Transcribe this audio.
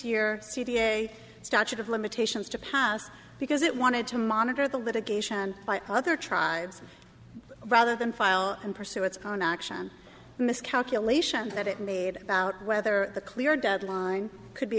a statute of limitations to pass because it wanted to monitor the litigation by other tribes rather than file and pursue its own action miscalculation that it made about whether the clear deadline could be